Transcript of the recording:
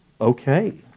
Okay